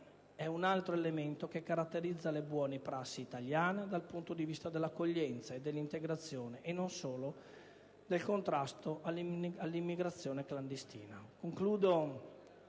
è un altro elemento che caratterizza le buone prassi italiane dal punto di vista dell'accoglienza e dell'integrazione e non solo del contrasto all'immigrazione clandestina.